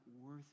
worth